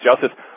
justice